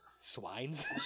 Swines